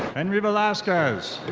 henry velasquez.